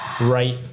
Right